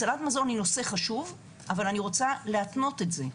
הצלת מזון היא נושא חשוב אבל אני רוצה להתנות את זה,